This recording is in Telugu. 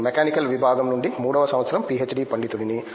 నేను మెకానికల్ విభాగం నుండి మూడవ సంవత్సరం పీహెచ్డీ పండితుడిని